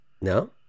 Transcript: no